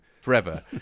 forever